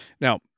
Now